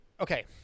okay